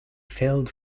filled